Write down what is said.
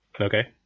Okay